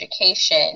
education